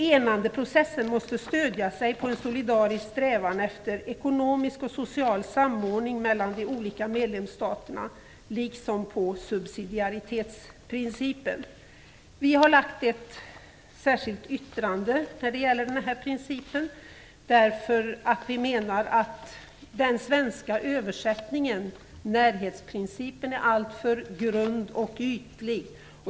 Enandeprocessen måste stödja sig på en solidarisk strävan efter ekonomisk och social samordning mellan de olika medlemsstaterna liksom på subsidiaritetsprincipen. Vi har lagt fram ett särskilt yttrande när det gäller denna princip. Vi menar nämligen att den svenska översättningen, närhetsprincipen, är alltför grund och ytlig.